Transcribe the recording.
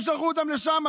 הם שלחו אותם לשם.